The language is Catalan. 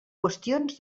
qüestions